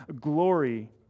glory